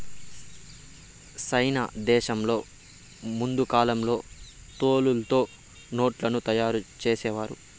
సైనా దేశంలో ముందు కాలంలో తోలుతో నోట్లను తయారు చేసేవారు